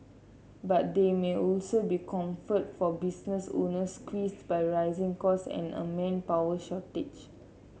but there may also be comfort for business owners squeezed by rising cost and a manpower shortage